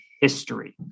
history